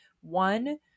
One